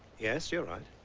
yes you're right.